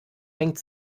hängt